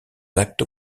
actes